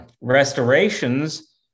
restorations